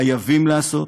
חייבים לעשות.